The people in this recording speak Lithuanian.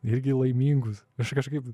irgi laimingus aš kažkaip